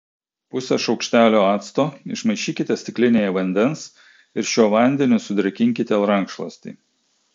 pusę šaukštelio acto išmaišykite stiklinėje vandens ir šiuo vandeniu sudrėkinkite rankšluostį